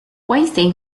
weinstein